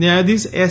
ન્યાયાધીશ એસ